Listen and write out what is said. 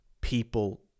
people